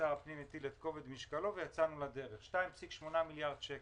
שר הפנים הטיל את כובד משקלו ויצאנו לדרך 2.8 מיליארד שקל,